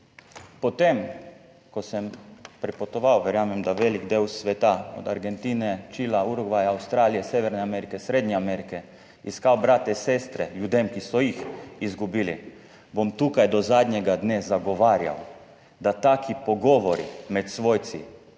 po tem, ko sem prepotoval, verjamem, da velik del sveta, od Argentine, Čila, Urugvaja, Avstralije, Severne Amerike, Srednje Amerike, iskal brate, sestre ljudem, ki so jih izgubili, bom tukaj do zadnjega dne zagovarjal, da taki pogovori med svojci